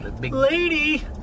Lady